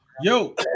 Yo